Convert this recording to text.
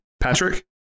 Patrick